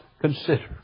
consider